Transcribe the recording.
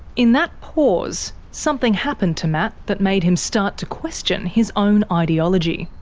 in that pause, something happened to matt that made him start to question his own ideology.